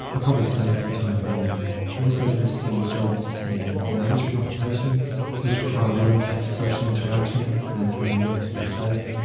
are probably safe for the time being. we are also going to see jobs in management occupations, which require a lot of social interaction, as being relatively safe.